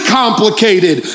complicated